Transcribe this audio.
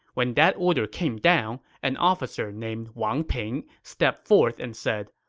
when that order came down, an officer named wang ping stepped forth and said,